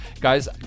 Guys